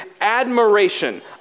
admiration